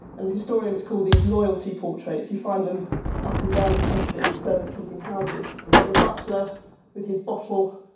and historians call these loyalty portraits, you find them up and down the country in servant-keeping houses. you've got the butler with his bottle,